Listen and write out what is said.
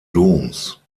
doms